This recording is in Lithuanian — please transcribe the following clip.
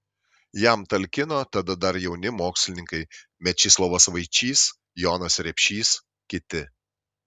jam talkino tada dar jauni mokslininkai mečislovas vaičys jonas repšys kiti